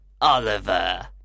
Oliver